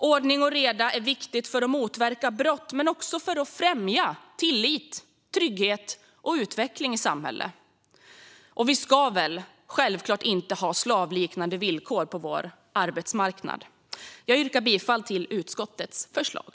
Ordning och reda är viktigt för att motverka brott men också för att främja tillit, trygghet och utveckling i samhället. Vi ska självklart inte ha slavliknande villkor på vår arbetsmarknad. Jag yrkar bifall till utskottets förslag.